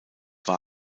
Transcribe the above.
war